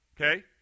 Okay